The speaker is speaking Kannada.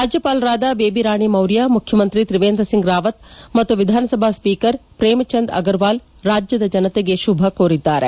ರಾಜ್ಯಪಾಲರಾದ ಬೇಬಿರಾಣಿ ಮೌರ್ತ ಮುಖ್ಯಮಂತ್ರಿ ತ್ರೀವೇಂದ್ರ ಸಿಂಗ್ ರಾವತ್ ಮತ್ತು ವಿಧಾನಸಭಾ ಸ್ವೀಕರ್ ಪ್ರೇಮ್ಚಂದ್ ಅಗರ್ವಾಲ್ ರಾಜ್ಯದ ಜನರಿಗೆ ಶುಭ ಕೋರಿದ್ದಾರೆ